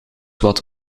wat